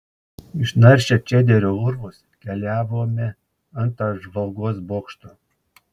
išnaršę čederio urvus keliavome ant apžvalgos bokšto